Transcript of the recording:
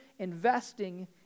investing